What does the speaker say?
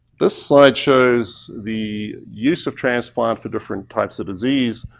this slide shows the use of transplant for different types of disease.